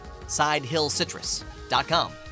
SideHillCitrus.com